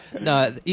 No